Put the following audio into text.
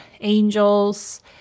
angels